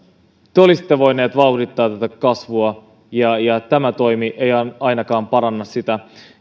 te olisitte voineet vauhdittaa tätä kasvua ja ja tämä toimi ei ainakaan paranna sitä